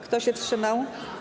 Kto się wstrzymał?